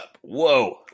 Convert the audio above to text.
whoa